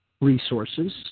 resources